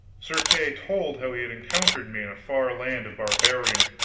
sir kay told how he had encountered me in a far land of barbarians,